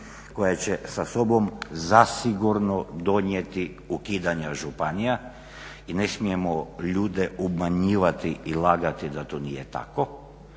koja će sa sobom zasigurno donijeti ukidanja županija i ne smijemo ljude obmanjivati i lagati da to nije tako.